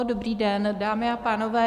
Dobrý den, dámy a pánové.